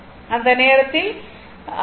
அந்த நேரத்தில் கே